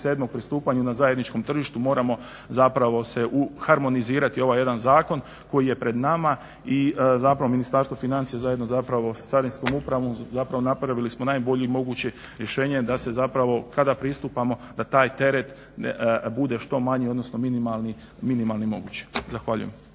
pristupanjem na zajedničkom tržištu moramo zapravo se uharmonizirati ovaj jedan zakon koji je pred nama i zapravo Ministarstvo financija zajedno zapravo s Carinskom upravom zapravo napravili smo najbolje moguće rješenje da se zapravo kada pristupamo da taj teret bude što manji odnosno minimalni moguć. Zahvaljujem.